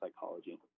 psychology